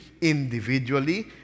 individually